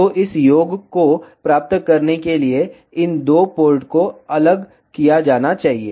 तो इस योग को प्राप्त करने के लिए इन दो पोर्ट को अलग किया जाना चाहिए